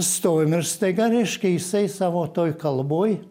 stovim ir staiga reiškia jisai savo toj kalboj